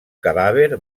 cadàver